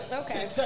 okay